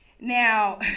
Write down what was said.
Now